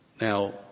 Now